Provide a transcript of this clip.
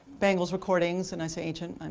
bangles recordings and i say ancient and